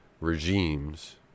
regimes